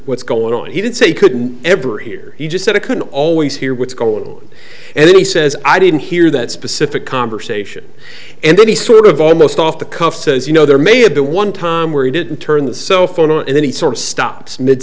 what's going on he didn't say couldn't every hear he just said a can always hear what's going on and then he says i didn't hear that specific conversation and then he sort of almost off the cuff says you know there may have been one time where he didn't turn the cell phone on and then he s